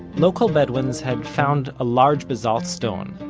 local bedouins had found a large basalt stone,